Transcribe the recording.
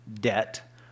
debt